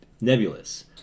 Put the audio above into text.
nebulous